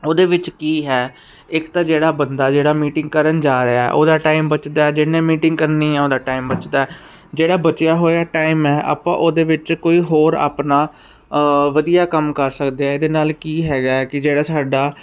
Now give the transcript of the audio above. ਉਹਦੇ ਵਿੱਚ ਕੀ ਹੈ ਇੱਕ ਤਾਂ ਜਿਹੜਾ ਬੰਦਾ ਜਿਹੜਾ ਮੀਟਿੰਗ ਕਰਨ ਜਾ ਰਿਹਾ ਉਹਦਾ ਟਾਈਮ ਬਚਦਾ ਜਿਹਨੇ ਮੀਟਿੰਗ ਕਰਨੀ ਹ ਉਹਦਾ ਟਾਈਮ ਬਚਦਾ ਜਿਹੜਾ ਬਚਿਆ ਹੋਇਆ ਟਾਈਮ ਹੈ ਆਪਾਂ ਉਹਦੇ ਵਿੱਚ ਕੋਈ ਹੋਰ ਆਪਣਾ ਵਧੀਆ ਕੰਮ ਕਰ ਸਕਦੇ ਆ ਇਹਦੇ ਨਾਲ ਕੀ ਹੈਗਾ ਕਿ ਜਿਹੜਾ ਸਾਡਾ